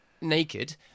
naked